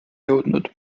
jõudnud